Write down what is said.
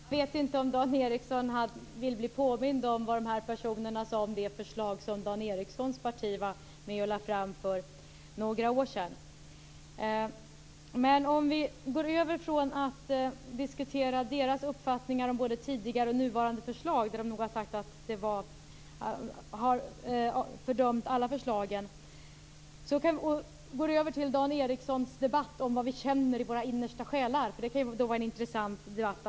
Fru talman! Jag vet inte om Dan Ericsson vill bli påmind om vad de här personerna sade om de förslag som Dan Ericssons parti var med och lade fram för några år sedan. Om vi går över från att diskutera deras uppfattning om både tidigare och nuvarande förslag, där de nog har fördömt alla förslagen, till Dan Ericssons debatt om vad vi känner i våra innersta själar, kan det bli en intressant debatt.